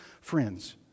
friends